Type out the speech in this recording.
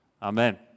Amen